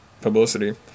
publicity